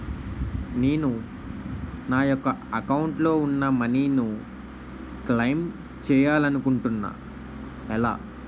నేను నా యెక్క అకౌంట్ లో ఉన్న మనీ ను క్లైమ్ చేయాలనుకుంటున్నా ఎలా?